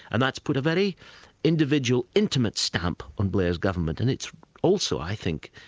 and that's put a very individual, intimate stamp on blair's government, and it's also, i think,